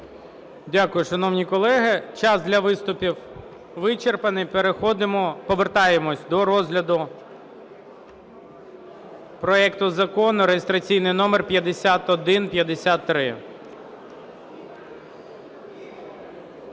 Дякую. Шановні колеги, час для виступів вичерпаний. Повертаємось до розгляду проекту Закону реєстраційний номер 5153.